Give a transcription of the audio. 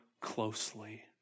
closely